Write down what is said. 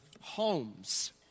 homes